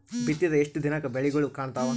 ಬಿತ್ತಿದ ಎಷ್ಟು ದಿನಕ ಬೆಳಿಗೋಳ ಕಾಣತಾವ?